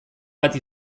bat